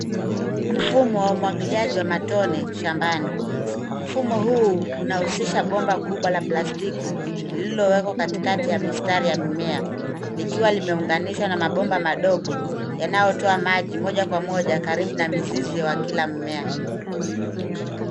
Mfumo wa umwagiliaji wa matone shambani. Mfumo huu unahusisha bomba kubwa la plastiki lilowekwa katikati ya mistari ya mimea likiwa limeunganishwa na mabomba madogo, yanayotoa maji moja kwa moja karibu na mizizi wa kila mmea.